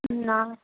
नै